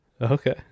okay